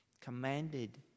commanded